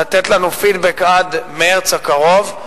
לתת לנו פידבק עד מרס הקרוב,